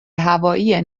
هوایی